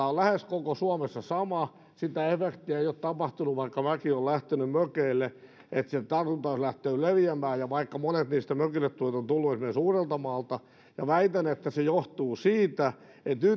on lähes koko suomessa sama sitä efektiä ei ole tapahtunut vaikka väki on lähtenyt mökeille että se tartunta olisi lähtenyt leviämään vaikka monet niistä mökille tulijoista ovat tulleet esimerkiksi uudeltamaalta väitän että se johtuu siitä että